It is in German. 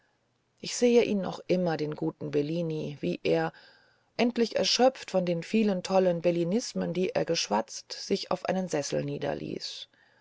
ich sehe ihn noch immer den guten bellini wie er endlich erschöpft von den vielen tollen bellinismen die er geschwatzt sich auf einen sessel niederließ